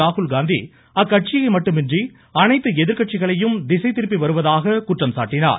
ராகுல் காந்தி அக்கட்சியை மட்டுமன்றி அனைத்து எதிர்கட்சிகளையும் திசை திருப்பி வருவதாக குற்றம் சாட்டினார்